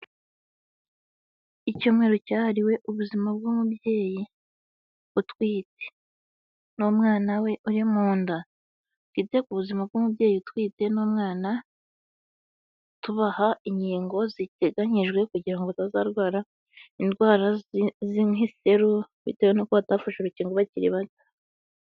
Icyumweru cyahariwe ubuzima bw'umubyeyi utwite n'umwana we uri mu nda. Twite ku buzima bw'umubyeyi utwite n'umwana, tubaha inkingo ziteganyijwe kugira ngo batazarwara indwara nk'igiteru bitewe n'uko batafashe urukingo bakiri bato.